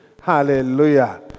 Hallelujah